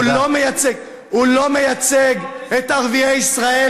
הוא לא מיצג את ערביי ישראל,